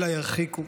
אלא ירחיקו.